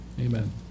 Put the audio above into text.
amen